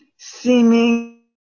Seeming